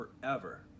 forever